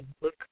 look